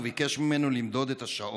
וביקש ממנו למדוד את השעון.